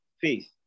faith